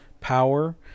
power